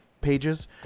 pages